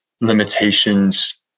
limitations